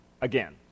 again